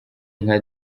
nka